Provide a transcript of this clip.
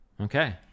Okay